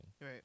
Right